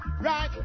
Right